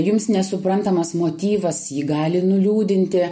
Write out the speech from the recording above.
jums nesuprantamas motyvas jį gali nuliūdinti